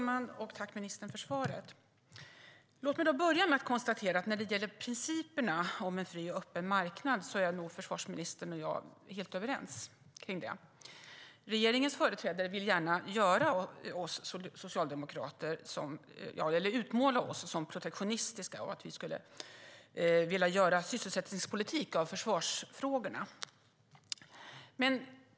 Herr talman! Tack, ministern, för svaret! Låt mig börja med att konstatera att när det gäller principerna om en fri och öppen marknad är försvarsministern och jag helt överens. Regeringens företrädare vill gärna utmåla oss socialdemokrater som protektionistiska och som att vi skulle göra sysselsättningspolitik av försvarsfrågorna.